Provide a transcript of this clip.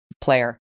player